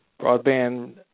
broadband